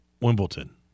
Wimbledon